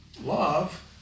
love